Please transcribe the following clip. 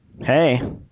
Hey